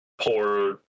poor